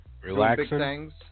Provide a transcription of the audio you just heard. Relaxing